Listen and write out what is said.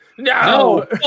No